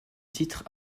titre